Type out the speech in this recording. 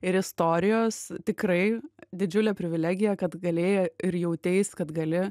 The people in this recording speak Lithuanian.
ir istorijos tikrai didžiulė privilegija kad galėjo ir jauteis kad gali